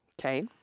Okay